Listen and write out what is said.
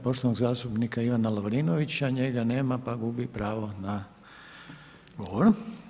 poštovanog zastupnika Ivana Lovrinovića, njega nema pa gubi pravo na govor.